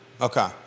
Okay